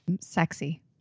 Sexy